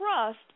trust